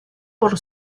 por